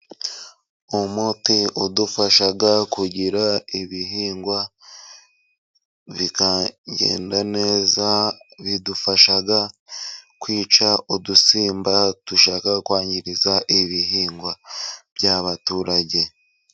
Umuti udufasha kugira ibihingwa bikagenda neza. Bidufasha kwica udusimba dushaka kwangiza ibihingwa by'abaturage.